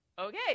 okay